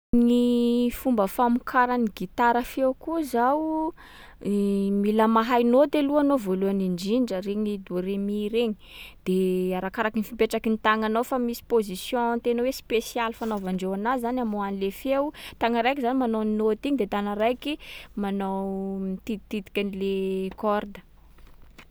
Gny fomba famokaran’ny gitara feo koa zao: mila mahay nôty aloha anao voalohany indrindra regny do re mi regny. De arakaraky ny fipetraky ny tagnanao fa misy position tena hoe special fanaovandreo anazy zany amoaha an’le feo. Tagna raiky zany manao nôty iny de tagna araiky manao- mititititika an’le corde.